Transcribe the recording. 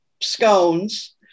scones